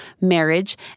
marriage